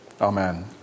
Amen